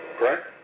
Correct